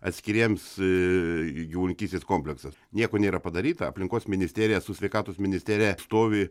atskiriems gyvulininkystės kompleksas nieko nėra padaryta aplinkos ministerija su sveikatos ministerija stovi